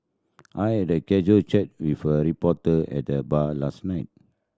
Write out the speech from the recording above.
I had a casual chat with a reporter at the bar last night